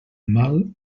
mal